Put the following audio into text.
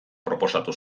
proposatu